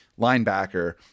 linebacker